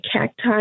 cacti